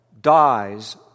dies